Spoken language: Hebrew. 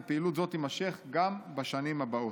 ופעילות זו תימשך גם בשנים הבאות.